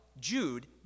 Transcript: Jude